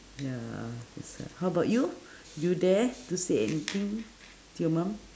ya so sad how about you you dare to say anything to your mum